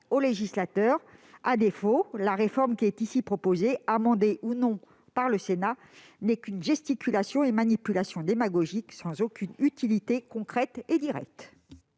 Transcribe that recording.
À défaut, la réforme qui est ici proposée, amendée ou non par le Sénat, ne serait que gesticulation et manipulation démagogique, sans aucune utilité concrète ou directe.